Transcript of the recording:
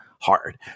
hard